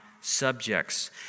subjects